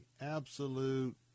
absolute